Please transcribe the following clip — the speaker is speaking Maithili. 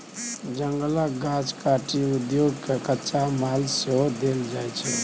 जंगलक गाछ काटि उद्योग केँ कच्चा माल सेहो देल जाइ छै